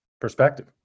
perspective